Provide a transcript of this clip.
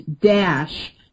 dash